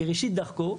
בראשית דרכו.